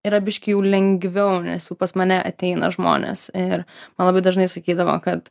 yra biškį jau lengviau nes jau pas mane ateina žmonės ir man labai dažnai sakydavo kad